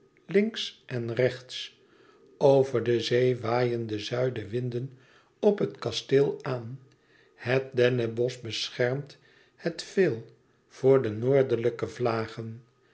links en rechts over de zee waaien de zuidewinden op het kasteel aan het dennebosch beschermt het veel voor de noordelijke vlagen